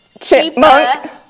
Chipmunk